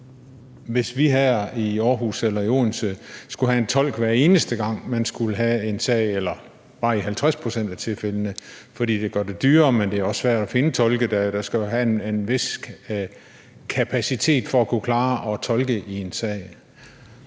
hvis vi i Aarhus eller i Odense skulle have en tolk, hver eneste gang man skulle have en sag, eller bare i 50 pct. af tilfældene. For det gør det dyrere, men det er også svært at finde tolke, der jo skal have en vis kapacitet for at kunne klare at tolke i en sag.